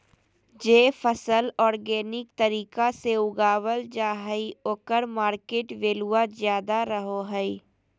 जे फसल ऑर्गेनिक तरीका से उगावल जा हइ ओकर मार्केट वैल्यूआ ज्यादा रहो हइ